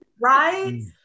right